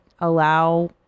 allow